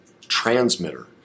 transmitter